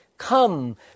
Come